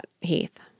Heath